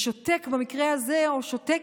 שותק, במקרה הזה שותקת.